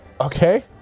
Okay